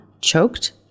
choked